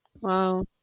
Wow